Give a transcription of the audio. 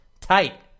tight